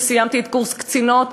כשסיימתי קורס קצינות,